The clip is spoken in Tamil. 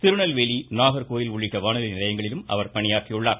திருநெல்வேலி நாகர்கோவில் உள்ளிட்ட வானொலி நிலையங்களிலும் அவர் பணியாற்றியுள்ளார்